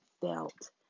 felt